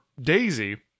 Daisy